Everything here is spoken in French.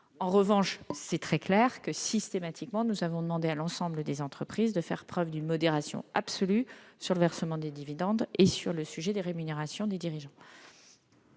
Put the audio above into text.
En revanche, il est clair que nous avons systématiquement demandé à l'ensemble des entreprises de faire preuve d'une modération absolue sur le versement des dividendes et les rémunérations des dirigeants.